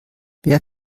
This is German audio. wer